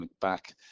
back